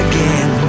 Again